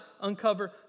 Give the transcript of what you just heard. uncover